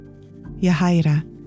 Yahaira